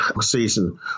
season